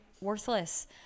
worthless